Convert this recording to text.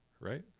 Right